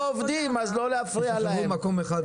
לא להפריע להם.